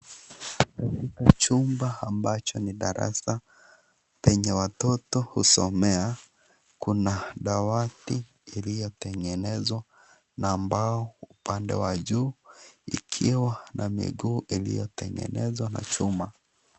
Chumba ambapo ni darasa penye watoto husomea. Kuna dawati iliyotengenezwa na mbao upande wa juu ikiwa na miguu iliyotengenezwa n achuma.